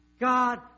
God